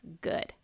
good